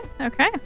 okay